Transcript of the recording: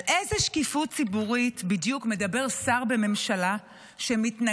על איזו שקיפות ציבורית בדיוק מדבר שר בממשלה שמתנגדת